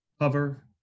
hover